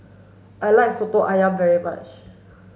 I like Soto Ayam very much